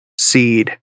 seed